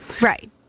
Right